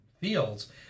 fields